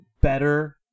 better